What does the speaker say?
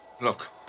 Look